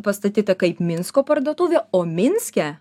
pastatyta kaip minsko parduotuvė o minske